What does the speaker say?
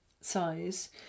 size